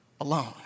alone